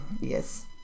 Yes